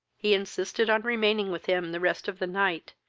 he insisted on remaining with him the rest of the night,